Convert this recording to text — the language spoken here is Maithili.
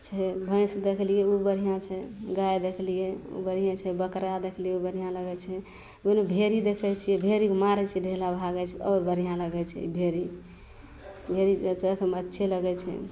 भैँस देखलिए ओ बढ़िआँ छै गाइ देखलिए बढ़िएँ छै बकरा देखलिए बढ़िआँ लगै छै कोनो भेँड़ी देखै छिए भेँड़ीके मारै छै ढेला भागै छै आओर बढ़िआँ लगै छै भेँड़ी भेँड़ी तऽ देखैमे अच्छे लगै छै